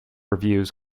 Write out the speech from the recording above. reviews